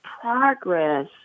progress